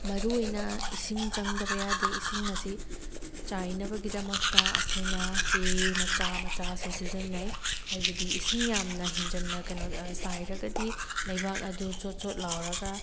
ꯃꯔꯨ ꯑꯣꯏꯅ ꯏꯁꯤꯡ ꯆꯪꯗꯕ ꯌꯥꯗꯦ ꯏꯁꯤꯡ ꯑꯁꯤ ꯆꯥꯏꯅꯕꯒꯤꯗꯃꯛꯇ ꯑꯩꯈꯣꯏꯅ ꯄꯦꯔꯦ ꯃꯆꯥ ꯃꯆꯥꯁꯨ ꯁꯤꯖꯟꯅꯩ ꯍꯥꯏꯕꯗꯤ ꯏꯁꯤꯡ ꯌꯥꯝꯅ ꯍꯦꯟꯖꯟꯅ ꯀꯩꯅꯣ ꯆꯥꯏꯔꯒꯗꯤ ꯂꯩꯕꯥꯛ ꯑꯗꯨ ꯆꯣꯠ ꯆꯣꯠ ꯂꯥꯎꯔꯒ